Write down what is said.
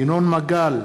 ינון מגל,